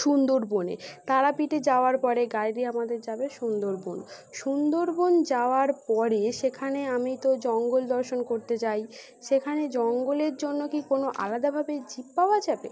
সুন্দরবনে তারাপীঠে যাওয়ার পরে গাড়িটি আমাদের যাবে সুন্দরবন সুন্দরবন যাওয়ার পরে সেখানে আমি তো জঙ্গল দর্শন করতে চাই সেখানে জঙ্গলের জন্য কি কোনো আলাদাভাবে জিপ পাওয়া যাবে